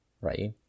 right